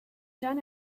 done